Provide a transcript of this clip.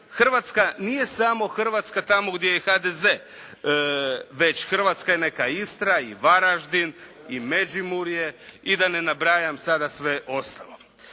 Hrvatska nije samo Hrvatska tamo gdje je i HDZ. Već Hrvatska je i neka Istra i Varaždin i Međimurje i da ne nabrajam sada sve ostalo.